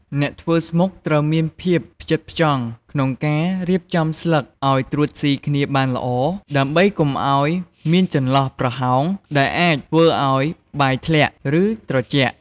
អ្នកធ្វើស្មុកត្រូវមានភាព ផ្ចិតផ្ចង់ ក្នុងការរៀបចំស្លឹកឲ្យត្រួតស៊ីគ្នាបានល្អ ដើម្បីកុំឲ្យមានចន្លោះប្រហោងដែលអាចធ្វើឲ្យបាយធ្លាក់ ឬត្រជាក់។